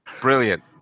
Brilliant